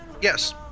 Yes